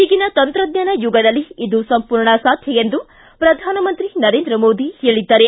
ಈಗಿನ ತಂತ್ರಜ್ಞಾನ ಯುಗದಲ್ಲಿ ಇದು ಸಂಪೂರ್ಣ ಸಾಧ್ಯ ಎಂದು ಪ್ರಧಾನಮಂತ್ರಿ ನರೇಂದ್ರ ಮೋದಿ ಹೇಳಿದ್ದಾರೆ